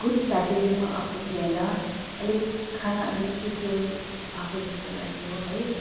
good प्याकेजिङमा आएको थिएन अलिक खाना अलिक चिसो भएको जस्तो लाग्यो है